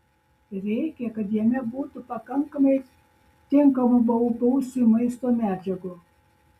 reikia kad jame būtų pakankamai tinkamų bobausiui maisto medžiagų